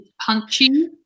Punchy